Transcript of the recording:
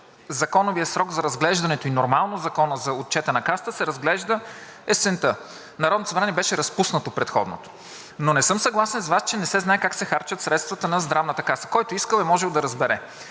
законовият срок за разглеждането – нормално Законът за отчета на Касата се разглежда есента, предходното Народно събрание беше разпуснато. Но не съм съгласен с Вас, че не се знае как се харчат средствата на Здравната каса. Който е искал, е можел да разбере.